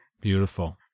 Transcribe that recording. Beautiful